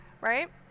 Right